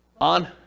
On